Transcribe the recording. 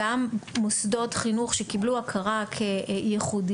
גם מוסדות חינוך שקיבלו הכרה כייחודיים,